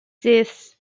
this